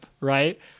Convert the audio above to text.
right